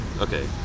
okay